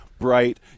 bright